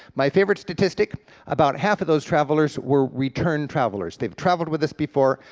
my favorite statistic about half of those travelers were return travelers, they've traveled with us before,